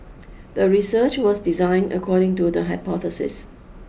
the research was designed according to the hypothesis